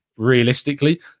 realistically